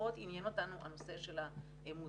פחות עניין אותנו הנושא של המוצדקות.